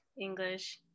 english